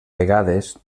vegades